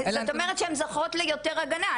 זאת אומרת שהן זוכות ליותר הגנה.